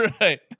Right